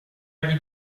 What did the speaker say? gli